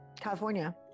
California